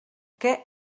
què